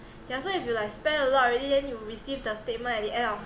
yeah so if you like spend a lot already then you will receive the statement at the end of